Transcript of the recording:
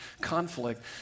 conflict